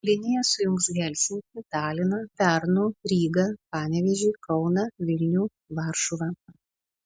linija sujungs helsinkį taliną pernu rygą panevėžį kauną vilnių varšuvą